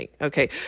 okay